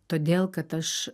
todėl kad aš